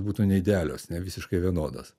būtų neidealios ne visiškai vienodos